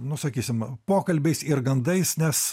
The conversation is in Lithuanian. nu sakysim pokalbiais ir gandais nes